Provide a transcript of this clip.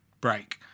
break